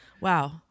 wow